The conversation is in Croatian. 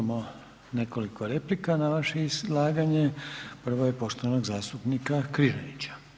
Imamo nekoliko replike na vaše izlaganje, prva je poštovanog zastupnika Križanića.